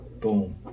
Boom